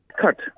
cut